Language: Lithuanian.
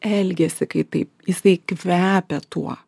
elgiasi kaip taip jisai kvepia tuo